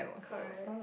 correct